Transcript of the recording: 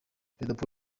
perezida